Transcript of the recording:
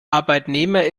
arbeitnehmer